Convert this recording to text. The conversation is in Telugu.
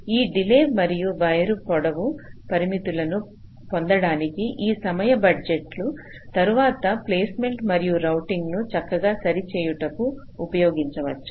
ఈ డిలే మరియు వైరు పొడవుపరిమితులను పొందడానికి ఈ సమయ బడ్జెట్లు తరువాత ప్లేస్మెంట్ మరియు రౌటింగ్ ను చక్కగా సరి చేయుట కు ఉపయోగించవచ్చు